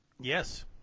Yes